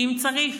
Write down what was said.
אם צריך,